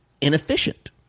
inefficient